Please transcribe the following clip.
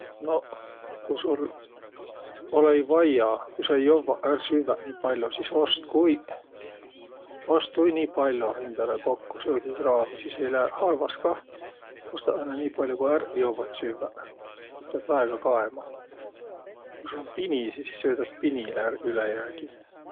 Noq, ku sul olõ-õi vaia, ku sa jovva-ai ärq süvväq nii pall'o, sis ostku-uiq! Ostu-ui hindäle nii pall'o kokko söögikraami! Sis ei lääq halvas kah. Ostaq õnnõ nii pall'o, ku ärq jovvat süvväq! Tuud piät väega kaema. Ku sul um pini, sis söödät pinile ärq ülejäägi.